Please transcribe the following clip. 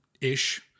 ish